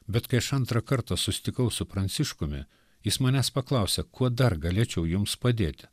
bet kai aš antrą kartą susitikau su pranciškumi jis manęs paklausė kuo dar galėčiau jums padėti